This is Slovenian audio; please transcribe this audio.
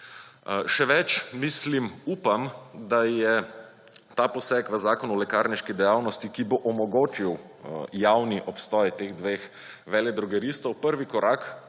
Še več, mislim, upam, da je ta poseg v Zakon o lekarniški dejavnosti, ki bo omogočil javni obstoj teh dveh veledrogeristov, prvi korak